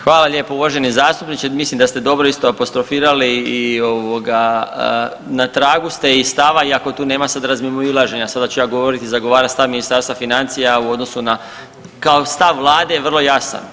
Hvala lijepo uvaženi zastupniče, mislim da ste dobro isto apostrofirali i ovoga na tragu ste i stava iako tu nema sad razmimoilaženja, sada ću ja govoriti i zagovarati stav Ministarstva financija u odnosu na, kao stav vlade je vrlo jasan.